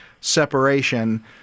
separation